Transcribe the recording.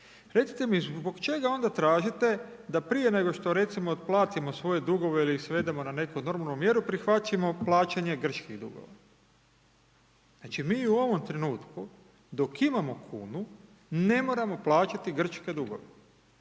Recite mi zbog čega onda tražite da prije nego što recimo otplatimo svoje dugove ili ih svedemo na neku normalnu mjeru prihvatimo plaćanje grčkih dugova. Znači mi u ovom trenutku dok imamo kunu ne moramo plaćati grčke dugove